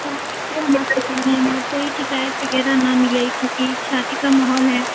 तो इसलिए हम आपसे कह रहे हैं मतलब कोई शिकायत वगैरह ना मिले क्योंकि शादी का माहौल है